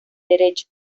derecho